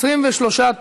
הרשות וסגניו וכהונתם) (תיקון מס' 36)